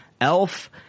Elf